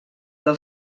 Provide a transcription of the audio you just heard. del